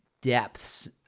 depths